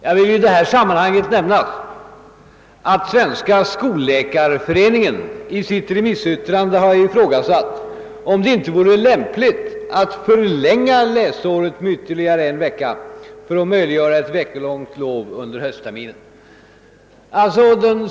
Jag vill i detta sammanhang nämna att Svenska skolläkarföreningen i sitt remissyttrande ifrågasatt, om det inte vore lämpligt att förlänga läsåret med ytterligare en vecka för att möjliggöra ett veckolångt lov under höstterminen.